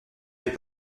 mes